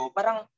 Parang